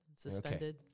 Suspended